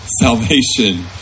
salvation